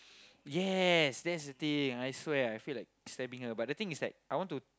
yes that's the thing I swear I feel like slapping her but the thing is that I want to